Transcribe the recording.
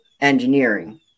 engineering